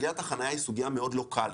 סוגיית החנייה היא סוגיה מאוד לוקאלית,